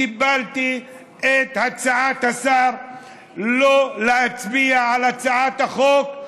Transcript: קיבלתי את הצעת השר שלא להצביע על הצעת החוק,